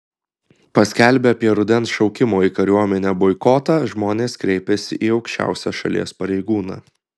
paskelbę apie rudens šaukimo į kariuomenę boikotą žmonės kreipėsi į aukščiausią šalies pareigūną